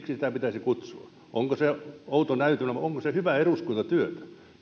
sitä pitäisi kutsua onko se outo näytelmä vai onko se hyvää eduskuntatyötä